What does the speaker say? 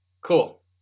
Cool